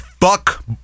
fuck